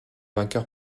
vainqueur